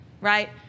right